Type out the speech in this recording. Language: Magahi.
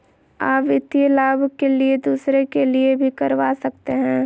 आ वित्तीय लाभ के लिए दूसरे के लिए भी करवा सकते हैं?